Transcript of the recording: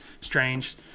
strange